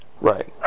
Right